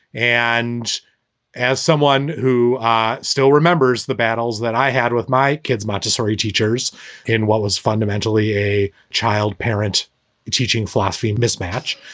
and as someone who still remembers the battles that i had with my kids, montessori teachers and what was fundamentally a child parent teaching philosophy mismatch,